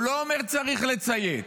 הוא לא אומר: צריך לציית,